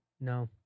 No